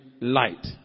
light